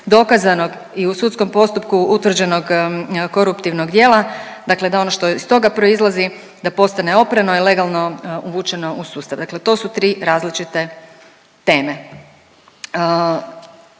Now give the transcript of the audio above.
dokazanog i u sudskom postupku utvrđenog koruptivnog djela, dakle da ono što iz toga proizlazi da postane oprano i legalno uvučeno u sustav. Dakle, to su tri različite teme.